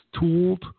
tooled